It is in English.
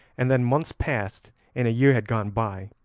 and then months passed and a year had gone by,